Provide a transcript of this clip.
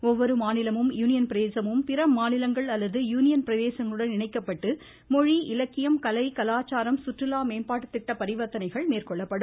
ஒவ்வொரு மாநிலமும் யூனியன் பிரதேசமும் பிற மாநிலங்கள் அல்லது யூனியன் பிரதேசங்களுடன் இணைக்கப்பட்டு மொழி இலக்கியம் கலை கலாச்சாரம் கற்றுலா மேம்பாட்டுத் திட்ட பரிவர்த்தனைகள் மேற்கொள்ளப்படும்